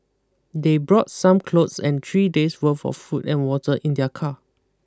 they brought some clothes and three days' worth of food and water in their car